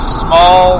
small